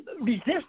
resist